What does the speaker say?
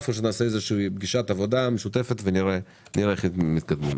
או שנעשה פגישת עבודה משותפת ונראה איך מתקדמים.